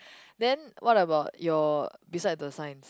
then what about your beside the sign